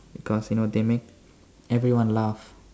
because you know they make everyone laugh